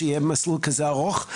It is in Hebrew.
שיהיה מסלול כזה ארוך?